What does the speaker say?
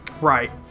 Right